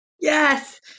Yes